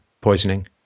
poisoning